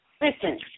Listen